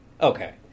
okay